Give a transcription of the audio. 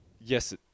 yes